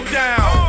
down